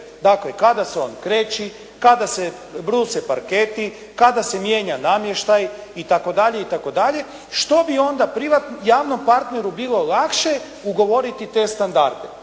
Dakle, kada se on kreči, kada se bruse parketi, kada se mijenja namještaj itd., što bi onda javnom partneru bilo lakše ugovoriti te standarde.